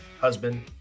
husband